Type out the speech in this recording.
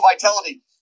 vitality